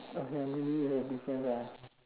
okay ya maybe it's a difference ah